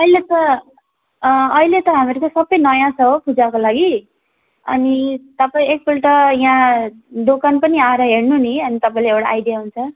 अहिले त अहिले त हामीहरूको सबै नयाँ छ हो पूजाको लागि अनि तपाईँ एकपल्ट यहाँ दोकान पनि आएर हेर्नु नि अनि तपाईँलाई एउटा आइडिया हुन्छ